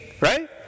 right